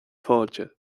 fáilte